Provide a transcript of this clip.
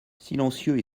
silencieux